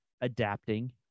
adapting